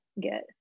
get